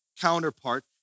counterpart